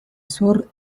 sur